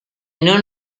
non